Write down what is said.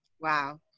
Wow